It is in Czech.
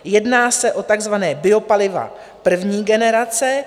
Jedná se o takzvaná biopaliva první generace.